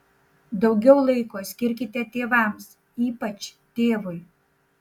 daugiau laiko skirkite tėvams ypač tėvui